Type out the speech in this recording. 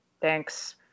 thanks